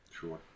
Sure